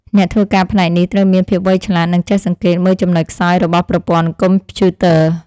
អ្នកធ្វើការផ្នែកនេះត្រូវមានភាពវៃឆ្លាត និងចេះសង្កេតមើលចំណុចខ្សោយរបស់ប្រព័ន្ធកុំព្យូទ័រ។